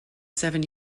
seven